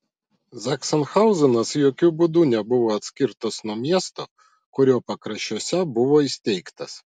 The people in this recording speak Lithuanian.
zachsenhauzenas jokiu būdu nebuvo atskirtas nuo miesto kurio pakraščiuose buvo įsteigtas